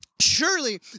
surely